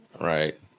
Right